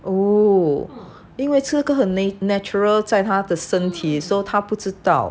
oh 因为这个很 natural 的在他的身体 so 他不知道